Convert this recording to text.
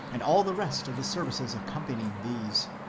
and all the rest of the services accompanying these.